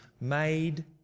made